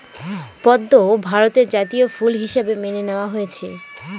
পদ্ম ভারতের জাতীয় ফুল হিসাবে মেনে নেওয়া হয়েছে